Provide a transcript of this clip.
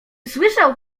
słyszał